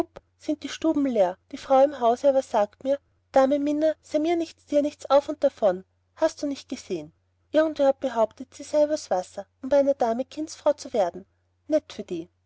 sind die stuben leer die frau im hause aber sagt mir dame minna sei mir nichts dir nichts auf und davon hast du nicht gesehen irgendwer hat behauptet sie sei übers wasser um bei einer dame kindsfrau zu werden nett für die